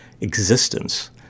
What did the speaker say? existence